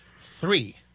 Three